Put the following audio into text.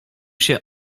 się